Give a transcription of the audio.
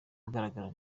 ugaragara